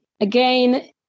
Again